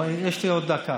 אבל יש לי עוד דקה.